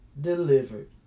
delivered